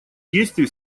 действий